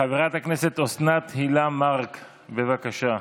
חברת הכנסת אוסנת הילה מארק, בבקשה.